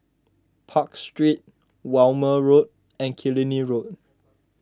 Park Street Walmer Road and Killiney Road